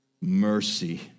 mercy